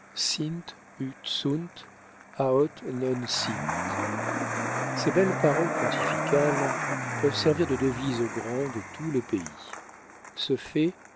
ces belles paroles pontificales peuvent servir de devise aux grands de tous les pays ce fait